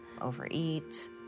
overeat